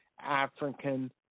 African